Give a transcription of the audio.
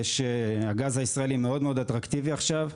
הגז הישראלי מאוד מאוד אטרקטיבי עכשיו.